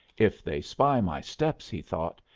if they spy my steps, he thought,